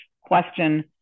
question